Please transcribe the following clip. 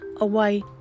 away